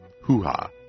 hoo-ha